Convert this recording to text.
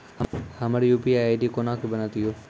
हमर UPI ID कोना के बनत यो?